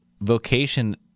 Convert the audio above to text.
vocation